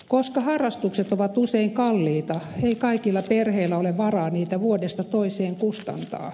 koska harrastukset ovat usein kalliita ei kaikilla perheillä ole varaa niitä vuodesta toiseen kustantaa